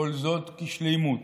כל זאת כשלמות.